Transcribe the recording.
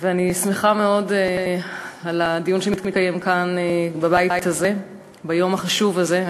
אני שמחה מאוד על הדיון שמתקיים כאן בבית הזה ביום החשוב הזה.